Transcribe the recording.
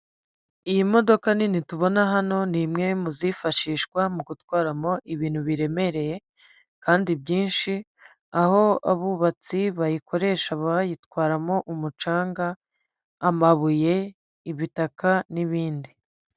Iyi modoka nini tubona hano ni imwe muzifashishwa mu gutwaramo ibintu biremereye kandi byinshi, aho abubatsi bayikoresha bayitwaramo umucanga, amabuye, ibitaka n'ibindi.